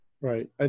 Right